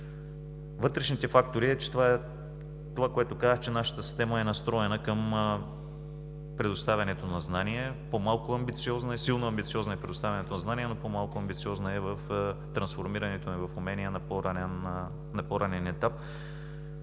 Вътрешните фактори – това, което казах, че нашата система е настроена към предоставянето на знания – по-малко амбициозна е. Силно амбициозна е в предоставянето на знания, но по-малко амбициозна е в трансформирането ѝ в умения на по-ранен етап.